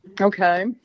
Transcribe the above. Okay